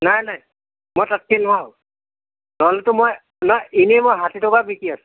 নাই নাই মই তাতকৈ নোৱাৰো নহ'লেতো মই নহয় এনে মই ষাঠি টকা বিকি আছোঁ